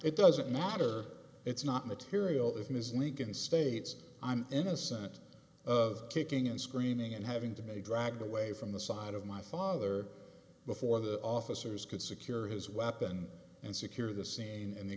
it doesn't matter it's not material if mrs lincoln states i'm innocent of kicking and screaming and having to make dragged away from the side of my father before the officers could secure his weapon and secure the scene in the